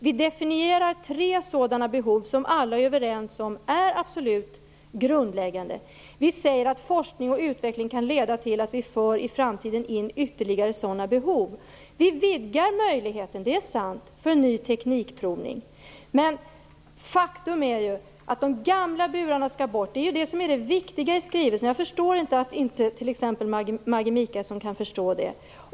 Vi definierar tre sådana behov som alla är överens om är absolut grundläggande. Vi säger att forskning och utveckling kan leda till att vi i framtiden för in ytterligare sådana behov. Vi vidgar möjligheten, det är sant, för ny teknikprovning. Men faktum är ju att de gamla burarna skall bort. Det är ju det som är det viktiga i skrivelsen. Jag förstår inte att t.ex. Maggi Mikaelsson inte kan förstå detta.